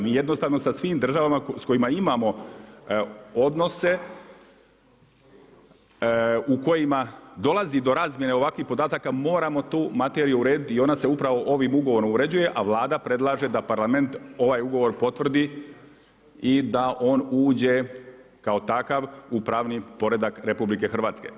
Mi jednostavno sa svim državama sa kojima imamo odnose u kojima dolazi do razmjene ovakvih podataka moramo tu materiju urediti i ona se upravo ovim ugovorom uređuje, a Vlada predlaže da Parlament ovaj ugovor potvrdi i da on uđe kao takav u pravni poredak RH.